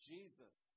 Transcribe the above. Jesus